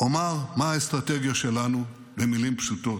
אומר מה האסטרטגיה שלנו במילים פשוטות: